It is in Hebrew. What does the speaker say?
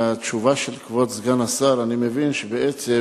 מהתשובה של כבוד סגן השר אני מבין שבעצם